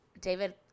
David